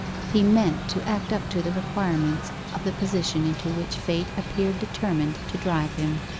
he meant to act up to the requirements of the position into which fate appeared determined to drive him.